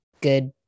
good